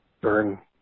burn